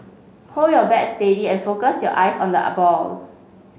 hold your bat steady and focus your eyes on the are balls